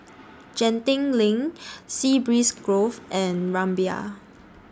Genting LINK Sea Breeze Grove and Rumbia